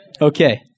Okay